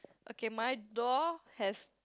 okay my door has